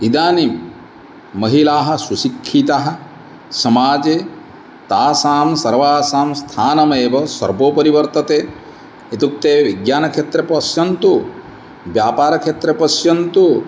इदानीं महिलाः सुशिक्षिताः तासां समाजे तासां सर्वासां स्थानमेव सर्वोपरि वर्तते इत्युक्ते विज्ञानक्षेत्रे पश्यन्तु व्यापारक्षेत्रे पश्यन्तु